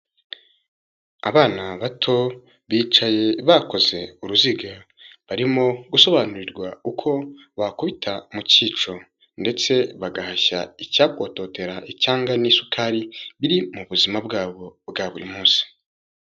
Abana bato bicaye bakoze uruziga barimo gusobanurirwa uko bakubita mu cyico ndetse bagahashya icyakototera icyanga n'isukari biri mu buzima bwabo bwa buri munsi.